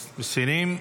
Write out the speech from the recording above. מסירים,